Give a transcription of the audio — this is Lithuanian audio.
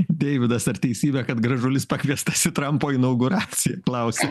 deividas ar teisybė kad gražulis pakviestas į trampo inauguraciją klausia